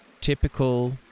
typical